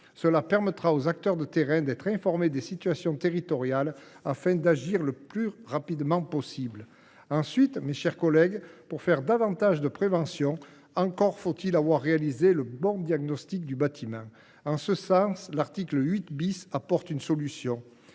Cela permettra aux acteurs de terrain d’être informés des situations territoriales afin d’agir le plus rapidement possible. Ensuite, mes chers collègues, pour faire davantage de prévention, encore faut il avoir réalisé le bon diagnostic du bâtiment. En ce sens, l’article 8 apporte une solution.